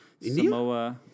Samoa